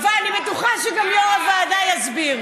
ואני בטוחה שגם יו"ר הוועדה יסביר.